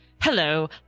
Hello